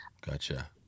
Gotcha